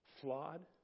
Flawed